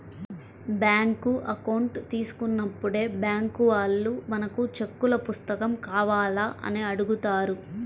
bank account తీసుకున్నప్పుడే bank వాళ్ళు మనకు చెక్కుల పుస్తకం కావాలా అని అడుగుతారు